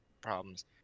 problems